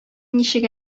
ничек